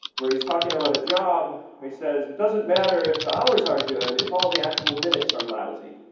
where he's talking about a job. he says it doesn't matter if the hours are good if all the actual minutes are lousy.